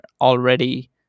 already